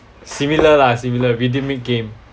similar lah similar rhythmic game